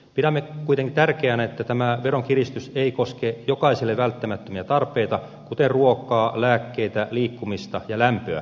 pidämme kuitenkin tärkeänä että tämä veronkiristys ei koske jokaiselle välttämättömiä tarpeita kuten ruokaa lääkkeitä liikkumista ja lämpöä